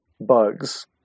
bugs